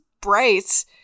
bright